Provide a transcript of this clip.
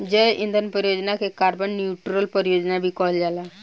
जैव ईंधन परियोजना के कार्बन न्यूट्रल परियोजना भी कहल जाला